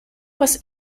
was